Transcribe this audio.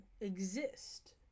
exist